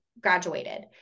graduated